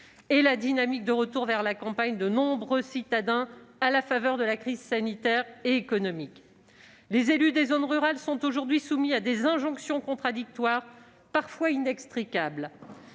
par la dynamique de retour vers la campagne de nombreux citadins danse le contexte de la crise sanitaire et économique. Les élus des zones rurales sont aujourd'hui soumis à des injonctions contradictoires, parfois inextricables